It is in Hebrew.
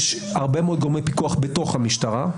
יש הרבה מאוד גורמי פיקוח בתוך המשטרה,